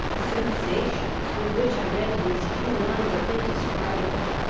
the sensations with which i read these few lines are indescribable.